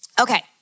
Okay